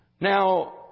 Now